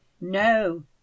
no